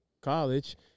college